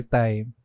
time